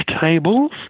tables